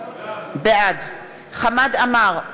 בעד חמד עמאר,